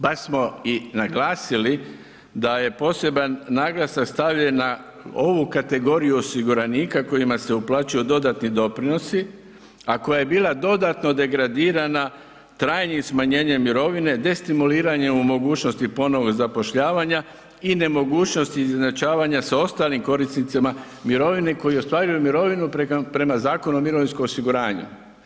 Baš smo i naglasili da je poseban naglasak stavljen na ovu kategoriju osiguranika kojima se uplaćuju dodatni doprinosi, a koja je bila dodatno degradirana trajnim smanjenjem mirovine destimuliranjem u mogućnosti ponovnog zapošljavanja i nemogućnosti izjednačavanja sa ostalim korisnicima mirovine koji ostvaruju mirovinu prema Zakonu o mirovinskom osiguranju.